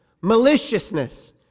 maliciousness